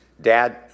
Dad